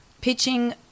pitching